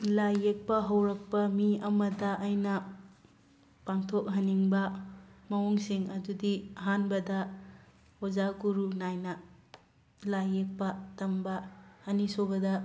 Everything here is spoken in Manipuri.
ꯂꯥꯏ ꯌꯦꯛꯄ ꯍꯧꯔꯛꯄ ꯃꯤ ꯑꯃꯗ ꯑꯩꯅ ꯄꯥꯡꯊꯣꯛꯍꯟꯅꯤꯡꯕ ꯃꯑꯣꯡꯁꯤꯡ ꯑꯗꯨꯗꯤ ꯑꯍꯥꯟꯕꯗ ꯑꯣꯖꯥ ꯒꯨꯔꯨ ꯅꯥꯏꯅ ꯂꯥꯏ ꯌꯦꯛꯄ ꯇꯝꯕ ꯑꯅꯤꯁꯨꯕꯗ